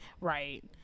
right